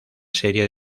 serie